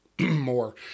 more